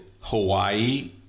Hawaii